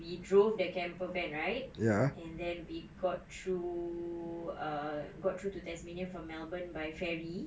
we drove that camper van right and then we got through err got through to tasmania from melbourne by ferry